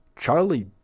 Charlie